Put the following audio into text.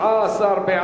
סעיפים 1 4 נתקבלו.